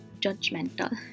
judgmental